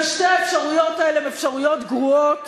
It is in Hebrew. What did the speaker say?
ושתי האפשרויות האלה הן אפשרויות גרועות